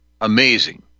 amazing